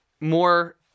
more